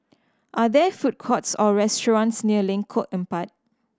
are there food courts or restaurants near Lengkok Empat